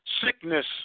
sickness